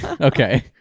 okay